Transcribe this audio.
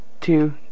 two